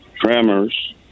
tremors